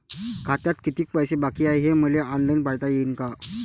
खात्यात कितीक पैसे बाकी हाय हे मले ऑनलाईन पायता येईन का?